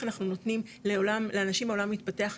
אנחנו נותנים לאנשים מהעולם המתפתח,